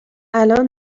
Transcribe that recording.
الان